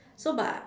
so but